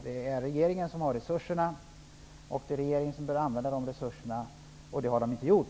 Det är regeringen som har resurserna, och det är regeringen som bör använda dessa resurser, men det har den inte gjort.